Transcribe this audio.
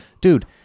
dude